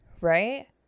right